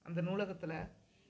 அந்த நூலகத்தில்